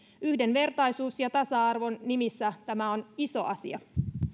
yhdenvertaisuuden ja tasa arvon nimissä tämä on iso asia